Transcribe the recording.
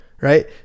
Right